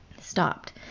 stopped